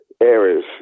areas